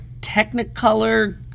Technicolor